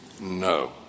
no